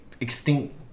extinct